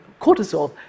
cortisol